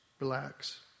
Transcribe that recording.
relax